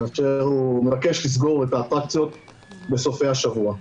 הוא מבקש לסגור את האטרקציות בסופי השבוע.